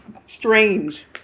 strange